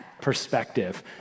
perspective